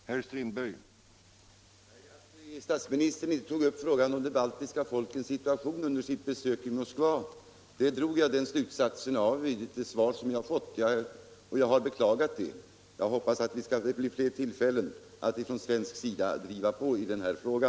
Nr 110 Herr talman! Av det svar jag fick drog jag slutsatsen att statsministern Tisdagen den vid sitt besök i Moskva inte tog upp frågan om de baltiska folkens si 27 april 1976 tuation, och jag har beklagat detta. Jag hoppas emellertid att det skall — bli fler tillfällen att från svensk sida driva på i denna fråga.